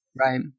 Right